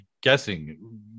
guessing